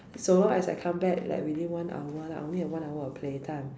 so long as I come back like within one hour lah I only had one hour of play time